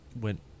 went